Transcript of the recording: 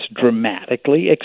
dramatically